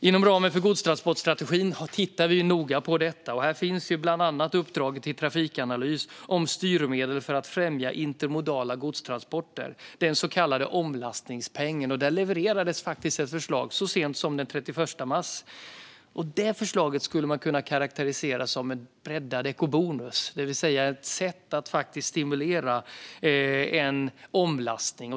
Inom ramen för godstransportstrategin tittar vi på noga på detta, och här finns bland annat uppdraget till Trafikanalys om styrmedel för att främja intermodala godstransporter - den så kallade omlastningspengen. Där levererades faktiskt ett förslag så sent som den 31 mars. Det förslaget skulle man kunna karakterisera som en breddad ekobonus, det vill säga ett sätt att faktiskt stimulera en omlastning.